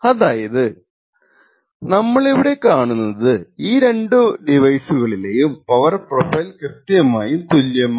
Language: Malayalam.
അതായത് നമ്മളിവിടെ കാണുന്നത് ഈ രണ്ടു ഡിവൈസുകളുടെയും പവർ പ്രൊഫൈൽ കൃത്യമായും തുല്യമാണ്